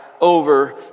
over